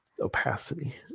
Opacity